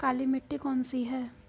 काली मिट्टी कौन सी है?